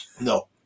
No